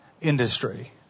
industry